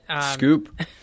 Scoop